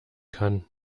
kann